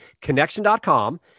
connection.com